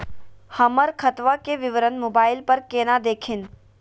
हमर खतवा के विवरण मोबाईल पर केना देखिन?